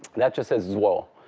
that just says zwo.